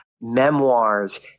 memoirs